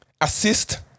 assist